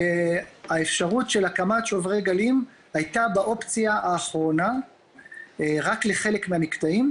והאפשרות של הקמת שוברי גלים הייתה האופציה האחרונה רק לחלק מהמקטעים,